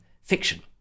fiction